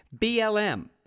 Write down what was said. BLM